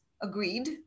agreed